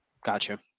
Gotcha